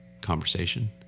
conversation